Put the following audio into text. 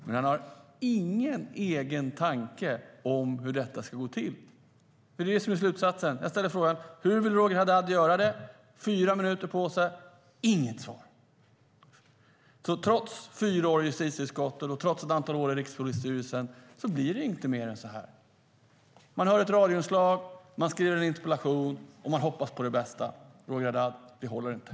Men han har ingen egen tanke om hur detta ska gå till. Det är ju det som är slutsatsen. Man hör ett radioinslag. Man skriver en interpellation. Man hoppas på det bästa.